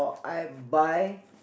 I buy